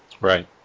right